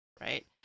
Right